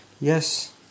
Yes